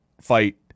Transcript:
fight